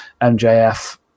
mjf